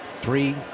three